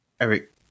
Eric